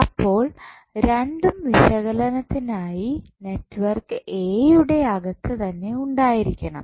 അപ്പോൾ രണ്ടും വിശകലനത്തിനായി നെറ്റ്വർക്ക് എ യുടെ അകത്തു തന്നെ ഉണ്ടായിരിക്കണം